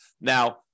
Now